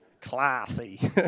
Classy